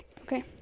Okay